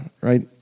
right